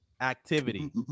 activity